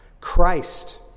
Christ